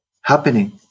happening